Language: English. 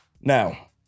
Now